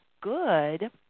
good